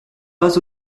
pas